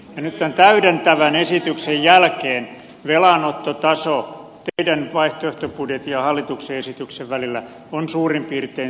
ja nyt tämän täydentävän esityksen jälkeen velanottotaso teidän vaihtoehtobudjettinne ja hallituksen esityksen välillä on suurin piirtein sama